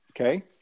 Okay